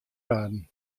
graden